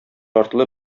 артлы